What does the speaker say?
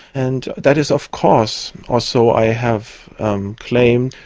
and that is of course, or so i have um claimed,